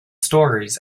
stories